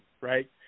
right